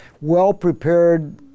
well-prepared